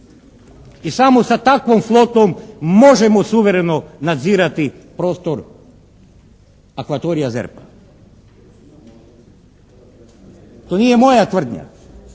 i samo sa takvom flotom možemo suvereno nadzirati prostor akvatorija ZERP-a. To nije moja tvrdnja,